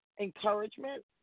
encouragement